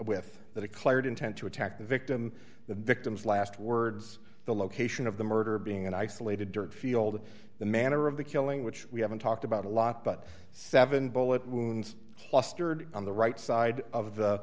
with that it cleared intent to attack the victim the victim's last words the location of the murder being an isolated dirt field in the manner of the killing which we haven't talked about a lot but seven bullet wounds clustered on the right side of the